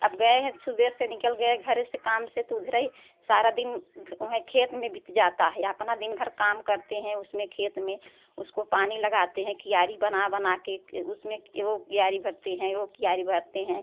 अब गये हैं सबेरे से निकल गए घरे से काम से तो उधरै सारा दिन उहैं खेत में बीत जाता है अपना दिन भर काम करते हैं उसमें खेत में उसको पानी लगाते हैं क्यारी बना बना कर उसमें वो क्यारी भरते हैं वो क्यारी भरते हैं